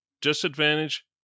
disadvantage